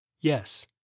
Yes